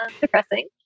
depressing